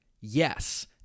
Yes